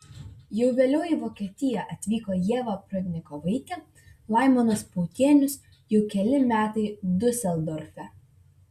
jau vėliau į vokietiją atvyko ieva prudnikovaitė laimonas pautienius jau keli metai diuseldorfe